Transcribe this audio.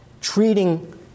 treating